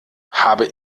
habe